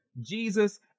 Jesus